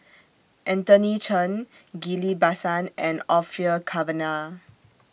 Anthony Chen Ghillie BaSan and Orfeur Cavenagh